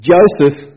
Joseph